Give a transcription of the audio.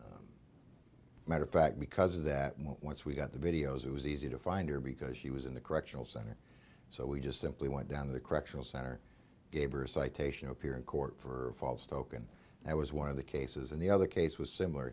a matter of fact because of that once we got the videos it was easy to find her because she was in the correctional center so we just simply went down the correctional center gave her a citation appear in court for a false token that was one of the cases and the other case was similar